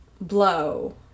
blow